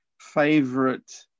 favorite